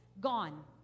gone